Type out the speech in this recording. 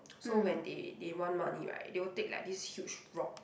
so when they they want money right they will take like this huge rock